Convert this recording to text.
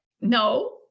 No